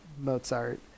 mozart